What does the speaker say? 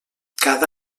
cada